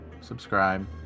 subscribe